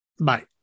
Bye